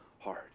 hard